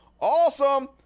awesome